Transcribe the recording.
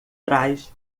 trás